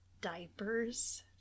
diapers